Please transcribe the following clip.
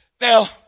Now